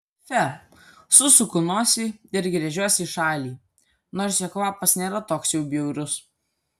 fe susuku nosį ir gręžiuosi į šalį nors jo kvapas nėra toks jau bjaurus